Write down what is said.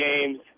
games